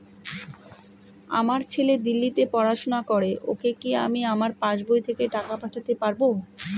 আমার ছেলে দিল্লীতে পড়াশোনা করে ওকে কি আমি আমার পাসবই থেকে টাকা পাঠাতে পারব?